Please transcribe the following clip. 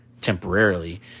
temporarily